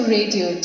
Radio